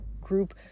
group